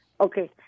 Okay